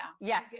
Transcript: Yes